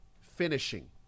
finishing